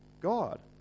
God